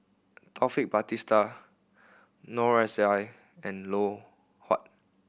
Taufik Batisah Noor S I and Loh Huat